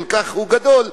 שהוא כל כך גדול,